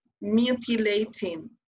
mutilating